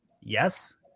Yes